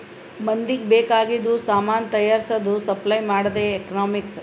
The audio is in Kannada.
ಮಂದಿಗ್ ಬೇಕ್ ಆಗಿದು ಸಾಮಾನ್ ತೈಯಾರ್ಸದ್, ಸಪ್ಲೈ ಮಾಡದೆ ಎಕನಾಮಿಕ್ಸ್